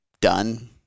done